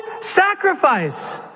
sacrifice